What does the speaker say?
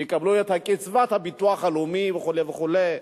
שיקבלו את קצבת הביטוח הלאומי וכו' וכו'.